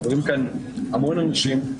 עוברים כאן המון אנשים: